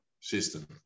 system